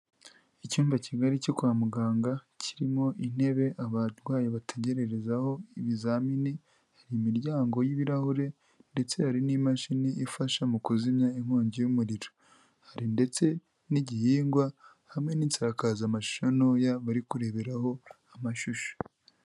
Icyumba kigari cyo kwa muganga, kirimo intebe abarwayi bategerezaho ibizamini, hari imiryango y'ibirahure ndetse hari n'imashini ifasha mu kuzimya inkongi y'umuriro, hari ndetse n'igihingwa hamwe n'insakazamashusho ntoya, bari kureberaho amashusho.